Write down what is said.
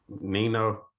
Nino